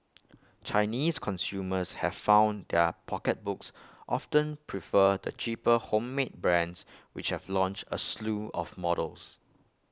Chinese consumers have found their pocketbooks often prefer the cheaper homemade brands which have launched A slew of models